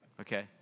okay